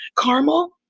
caramel